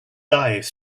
dive